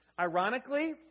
ironically